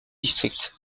district